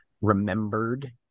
remembered